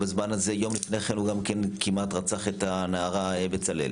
יום לפני כן הוא גם כן כמעט רצח את הנערה בצלאל.